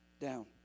down